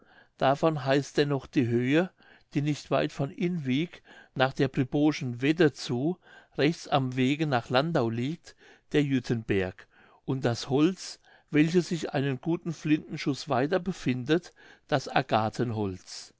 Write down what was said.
davon heißt denn noch die höhe die nicht weit von in wiek nach der pribrowschen wedde zu rechts am wege nach landau liegt der jüttenberg und das holz welches sich einen guten flintenschuß weiter befindet das